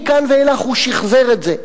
מכאן ואילך הוא שחזר את זה.